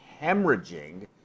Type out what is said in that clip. hemorrhaging